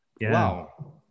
Wow